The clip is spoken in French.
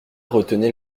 retenait